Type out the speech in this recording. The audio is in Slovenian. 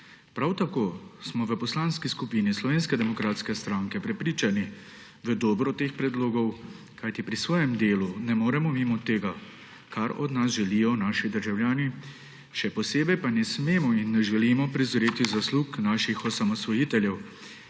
Prav tako smo v Poslanski skupini Slovenske demokratske stranke prepričani v dobro teh predlogov, kajti pri svojem delu ne moremo mimo tega, kar od nas želijo naši državljani, še posebej pa ne smemo in ne želimo prezreti zaslug naših osamosvojiteljev,